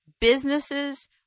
businesses